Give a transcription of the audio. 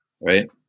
Right